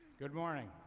good morning.